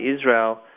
Israel